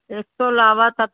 ਇਸ ਤੋਂ ਇਲਾਵਾ ਤਾਂ